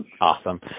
Awesome